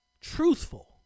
truthful